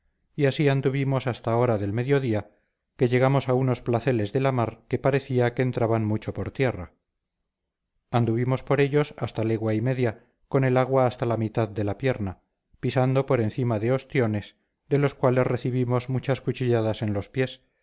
y así anduvimos hasta hora del mediodía que llegamos a unos placeles de la mar que parecía que entraban mucho por tierra anduvimos por ellos hasta legua y media con el agua hasta la mitad de la pierna pisando por encima de ostiones de los cuales recibimos muchas cuchilladas en los pies